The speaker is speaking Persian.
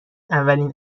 اولین